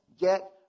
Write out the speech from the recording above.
get